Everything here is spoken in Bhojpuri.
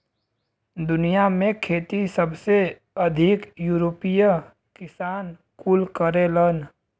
दुनिया में खेती सबसे अधिक यूरोपीय किसान कुल करेलन